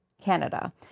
Canada